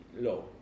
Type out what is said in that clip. low